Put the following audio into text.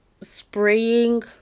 spraying